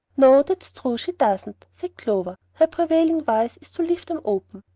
no, that's true she doesn't, said clover. her prevailing vice is to leave them open.